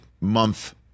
month